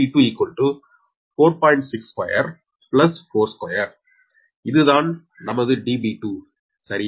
62 42 இதுதான் நமது Db2 சரியா